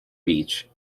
beach